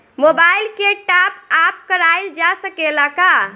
Mobile के टाप आप कराइल जा सकेला का?